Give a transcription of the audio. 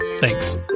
Thanks